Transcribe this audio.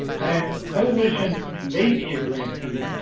and a coalition may be a grantee,